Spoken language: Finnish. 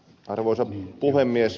arvoisa puhemies